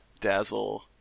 Dazzle